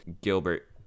Gilbert